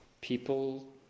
people